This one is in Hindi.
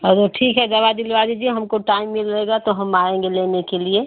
और वो ठीक है दवा दिलवा दीजिए हमको टाइम मिलेगा तो हम आएँगे लेने के लिए